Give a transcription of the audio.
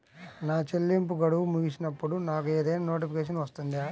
నా చెల్లింపు గడువు ముగిసినప్పుడు నాకు ఏదైనా నోటిఫికేషన్ వస్తుందా?